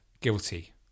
guilty